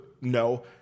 no